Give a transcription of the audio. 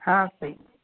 हाँ सही